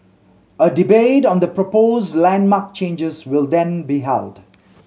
a debate on the proposed landmark changes will then be held